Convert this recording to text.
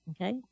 Okay